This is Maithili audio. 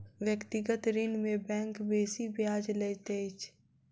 व्यक्तिगत ऋण में बैंक बेसी ब्याज लैत अछि